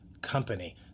company